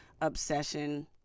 obsession